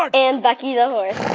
um and bucky the horse